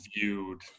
viewed